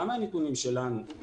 גם מהנתונים שלנו,